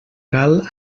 cal